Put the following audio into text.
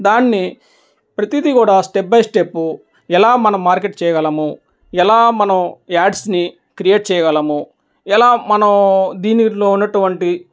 దాన్ని ప్రతీదీ కూడా స్టెప్ బై స్టెప్పు ఎలా మనం మార్కెట్ చేయగలము ఎలా మనం యాడ్స్ని క్రియేట్ చేయగలము ఎలా మనం దీనిలో ఉన్నటువంటి